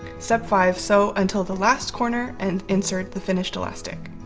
step five. sew until the last corner and insert the finished elastic.